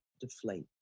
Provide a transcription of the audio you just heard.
deflate